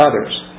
others